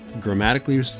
grammatically